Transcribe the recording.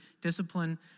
Discipline